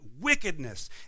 wickedness